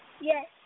Yes